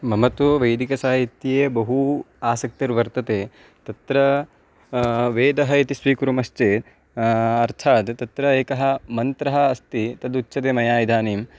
मम तु वैदिकसाहित्ये बहु आसक्तिर्वर्तते तत्र वेदः इति स्वीकुर्मश्चेत् अर्थात् तत्र एकः मन्त्रः अस्ति तदुच्यते मया इदानीं